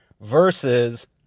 versus